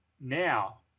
Now